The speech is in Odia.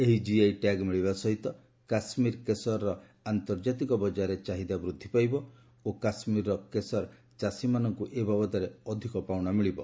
ଏହି ଜିଆଇ ଟ୍ୟାଗ୍ ମିଳିବା ସହିତ କାଶ୍କୀର କେଶର ର ଆନ୍ତର୍ଜାତିକ ବଜାରରେ ଚାହିଦା ବୃଦ୍ଧି ପାଇବ ଓ କାଶ୍ମୀର୍ର କେଶର ଚାଷୀମାନଙ୍କୁ ଏ ବାବଦରେ ଅଧିକା ପାଉଣା ମିଳିବ